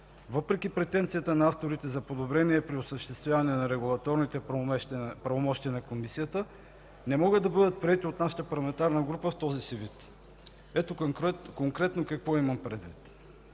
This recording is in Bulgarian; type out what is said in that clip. въпреки претенцията на авторите за подобрение при осъществяване на регулаторните правомощия на Комисията, не могат да бъдат приети от нашата парламентарна група в този си вид. Ето конкретно какво имам предвид: